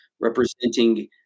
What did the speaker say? representing